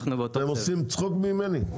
אתם עושים צחוק ממני?